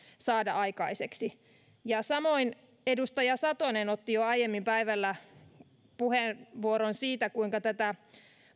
saada aikaiseksi samoin edustaja satonen piti jo aiemmin päivällä puheenvuoron siitä kuinka tätä